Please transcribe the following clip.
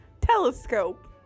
telescope